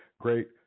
great